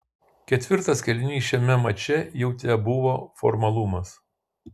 ketvirtas kėlinys šiame mače jau tebuvo formalumas